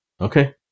Okay